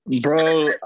Bro